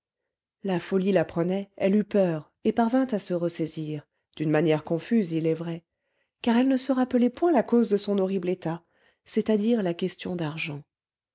la folie la prenait elle eut peur et parvint à se ressaisir d'une manière confuse il est vrai car elle ne se rappelait point la cause de son horrible état c'est-à-dire la question d'argent